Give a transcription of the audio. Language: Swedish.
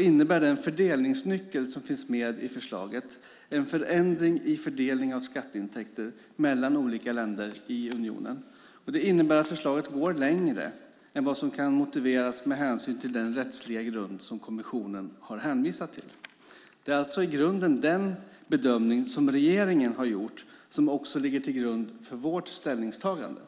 innebär den fördelningsnyckel som finns med i förslaget en förändring i fördelning av skatteintäkter mellan olika länder i unionen. Det innebär att förslaget går längre än vad som motiveras med den rättsliga grund som kommissionen har hänvisat till. Det är alltså i grunden den bedömning som regeringen har gjort som också ligger till grund för vårt ställningstagande.